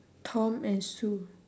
tom and sue